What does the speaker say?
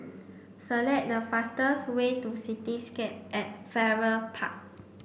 select the fastest way to Cityscape at Farrer Park